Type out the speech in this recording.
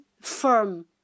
firm